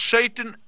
Satan